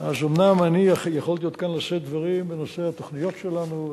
אומנם אני יכולתי עוד כאן לשאת דברים בנושא התוכנית שלנו,